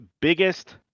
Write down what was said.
biggest